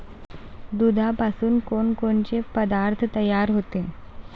दुधापासून कोनकोनचे पदार्थ तयार होते?